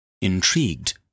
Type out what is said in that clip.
Intrigued